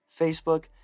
Facebook